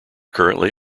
currently